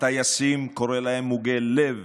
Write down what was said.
הטייסים וקורא להם "מוגי לב"